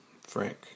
Frank